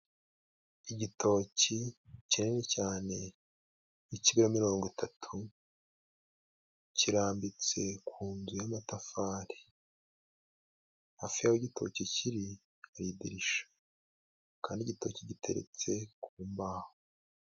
Igitoki kinini cyane k'ikiro mirongo itatu, kirambitse ku nzu y'amatafari. Hafi y'aho igitoki kiri, hari idirisha kandi igitoki giteretse ku mbaho.